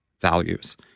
values